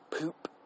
poop